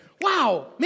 Wow